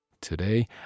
Today